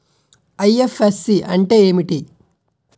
IFSC అంటే ఏమిటి?